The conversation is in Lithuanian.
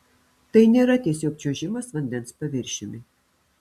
tai nėra tiesiog čiuožimas vandens paviršiumi